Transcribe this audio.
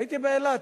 הייתי באילת,